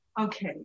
Okay